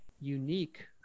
unique